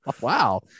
Wow